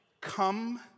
Come